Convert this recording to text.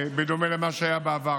בדומה למה שהיה בעבר.